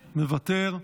מוותר,